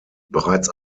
bereits